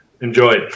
enjoy